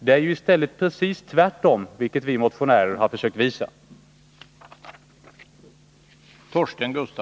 Det är ju i stället precis tvärtom, vilket vi motionärer har försökt visa.